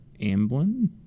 Amblin